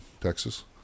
Texas